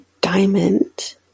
Diamond